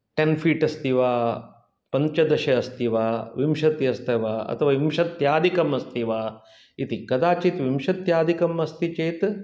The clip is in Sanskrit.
टेन् फ़ीट् अस्ति वा पञ्चदश अस्ति वा विंशतिः अस्ति वा अथवा विंशत्यादिकमस्ति वा इति कदाचित् विंशत्यादिकमस्ति चेत्